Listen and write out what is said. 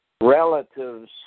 relatives